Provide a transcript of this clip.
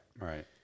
Right